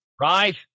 Right